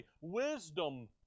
wisdom